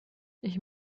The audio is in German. ich